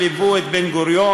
שליוו את בן-גוריון,